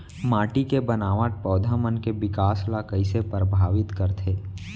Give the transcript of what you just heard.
माटी के बनावट पौधा मन के बिकास ला कईसे परभावित करथे